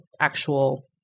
actual